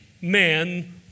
man